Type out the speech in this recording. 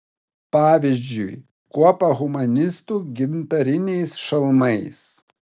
pavyzdžiui kuopą humanistų gintariniais šalmais